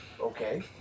Okay